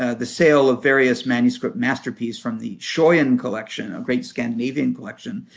ah the sale of various manuscript masterpiece from the schoyen collection, a great scandinavian collection,